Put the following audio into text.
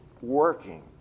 Working